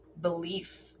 belief